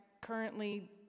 currently